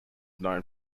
known